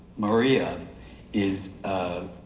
maria is, ah